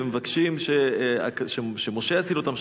ומבקשים שמשה יציל אותם,